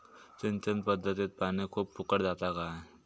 सिंचन पध्दतीत पानी खूप फुकट जाता काय?